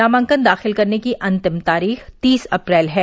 नामांकन दाखिल करने की अन्तिम तारीख तीस अप्रैल है